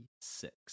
six